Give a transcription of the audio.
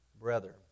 brethren